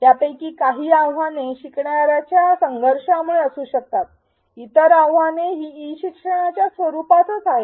यापैकी काही आव्हाने शिकणार्याच्या संघर्षामुळे असू शकतात इतर आव्हाने ई शिक्षणाच्या स्वरूपातच आहेत